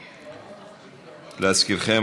להזכירכם,